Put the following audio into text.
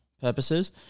purposes